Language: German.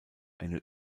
eine